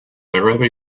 wherever